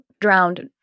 drowned